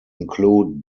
include